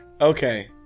okay